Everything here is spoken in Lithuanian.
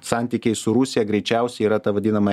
santykiais su rusija greičiausiai yra ta vadinama